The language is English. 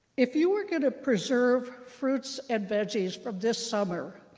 if you were going to preserve fruits and veggies from this summer,